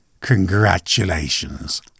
Congratulations